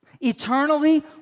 Eternally